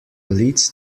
leads